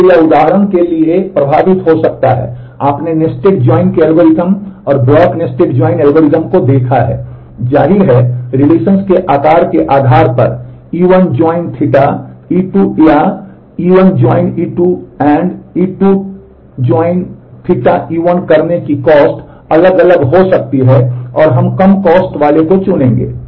इसलिए यह उदाहरण के लिए प्रभावित हो सकता है आपने नेस्टेड जॉइन वाले को चुनेंगे